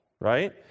right